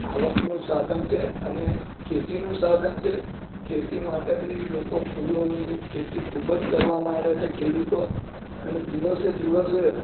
આવકનું સાધન છે અને ખેતીનું સાધન છે ખેતી માટે બી લોકો ફૂલોની ખેતી ખૂબ જ કરવા માંડ્યા છે ખેડૂતો અને દિવસે દિવસે